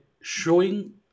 showing